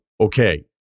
okay